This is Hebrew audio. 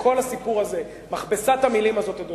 כל הסיפור הזה, מכבסת המלים הזאת, אדוני,